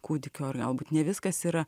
kūdikio ar galbūt ne viskas yra